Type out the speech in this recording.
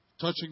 touching